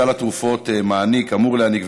סל התרופות אמור להעניק,